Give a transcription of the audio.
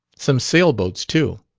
some sail-boats too.